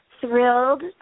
thrilled